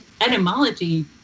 etymology